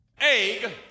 Egg